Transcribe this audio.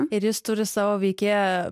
ir jis turi savo veikėją